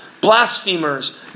Blasphemers